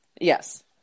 Yes